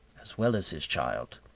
as well as his child.